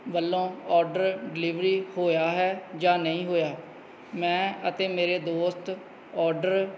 ਵੱਲੋਂ order delivery ਹੋਇਆ ਹੈ ਜਾਂ ਨਹੀਂ ਹੋਇਆ ਮੈਂ ਅਤੇ ਮੇਰੇ ਦੋਸਤ ਆਰਡਰ